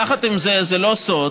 יחד עם זאת, זה לא סוד